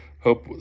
Hope